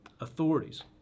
authorities